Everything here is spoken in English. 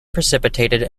precipitated